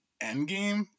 Endgame